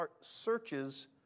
searches